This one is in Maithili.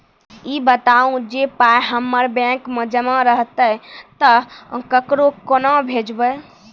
ई बताऊ जे पाय हमर बैंक मे जमा रहतै तऽ ककरो कूना भेजबै?